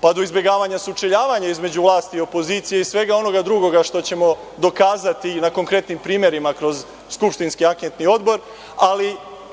pa do izbegavanja sučeljavanja između vlasti i opozicije i svega onoga drugoga što ćemo dokazati na konkretnim primerima kroz skupštinski anketni odbor, ali